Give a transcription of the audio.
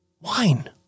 wine